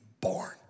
born